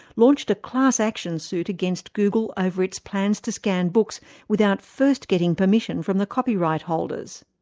launched a class action suit against google over its plans to scan books without first getting permission from the copyright holders.